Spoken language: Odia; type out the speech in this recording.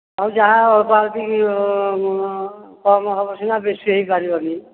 ହଉ ଯାହା ଅଳ୍ପ ଆସିକି କମ୍ ହେବ ସିନା ବେଶୀ ହୋଇପାରିବନି